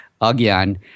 again